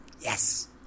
yes